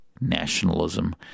nationalism